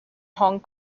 hong